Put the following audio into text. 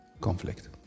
conflict